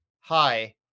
hi